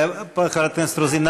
חברת הכנסת רוזין,